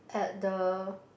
at the